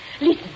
listen